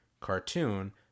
cartoon